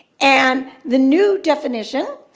and the new definition